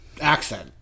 accent